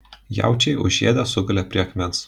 jaučiai užėdę sugulė prie akmens